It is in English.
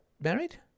married